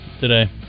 today